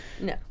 No